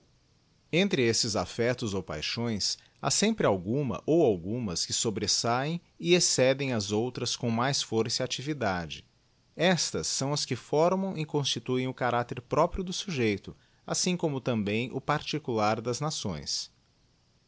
entre estes affectos ou paixões ha sempre digiti zedby google âlgnma ca algumas que sobreeahem e excedem ás dtltfdb com mais força e actividade esfas sâo as que forniam e constituem o caracter próprio do sujeito asstitt cémo também ú particular das nações